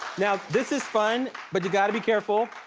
now, this is fun, but you gotta be careful.